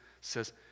says